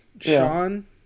Sean